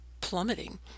plummeting